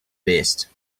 best